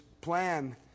plan